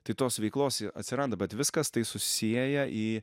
tai tos veiklos i atsiranda bet viskas tai susiėję į